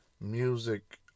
music